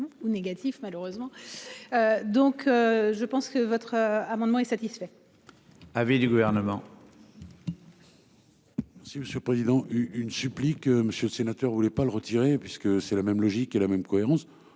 ou négatif. Malheureusement. Donc je pense que votre amendement est satisfait. Avis du gouvernement. Si Monsieur le Président une supplique. Monsieur le sénateur voulez pas le retirer puisque c'est la même logique est la même cohérence.